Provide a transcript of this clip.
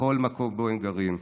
בכל מקום שבו הם גרים,